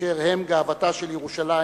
אשר הם גאוותה של ירושלים,